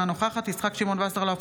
אינה נוכחת יצחק שמעון וסרלאוף,